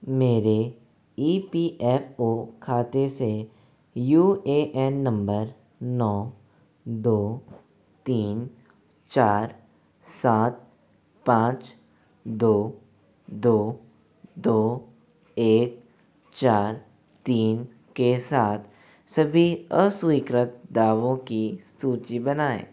मेरे E P F O खाते से यू ए एन नंबर नौ दो तीन चार सात पाँच दो दो दो एक चार तीन के साथ सभी अस्विकृत दावों की सूची बनाएँ